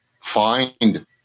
find